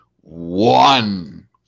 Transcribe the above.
one